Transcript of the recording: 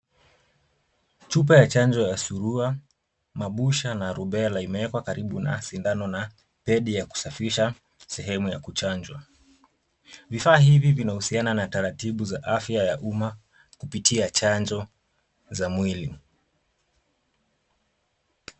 Chupa ya chanjo ya surua , mabusha na rubella imewekwa karibu na sindano na pedi ya kusafisha sehemu ya kuchanja. Vifaa vinahusiana na taratibu za afya ya umma kupitia chanjo za mwili.